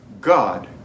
God